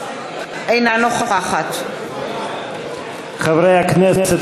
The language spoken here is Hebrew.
אינה נוכחת חברי הכנסת,